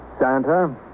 Santa